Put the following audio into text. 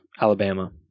Alabama